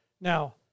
Now